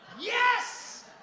yes